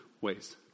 ways